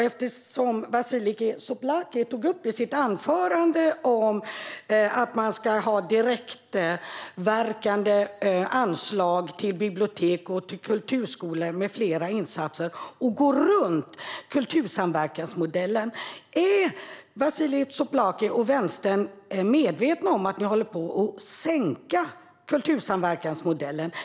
Eftersom Vasiliki Tsouplaki i sitt anförande tog upp att man ska ha direktverkande anslag till bibliotek, kulturskolor med mera och gå runt kultursamverkansmodellen undrar jag om Vasiliki Tsouplaki och Vänstern är medvetna om att ni håller på att sänka kultursamverkansmodellen.